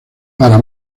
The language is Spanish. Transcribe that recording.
para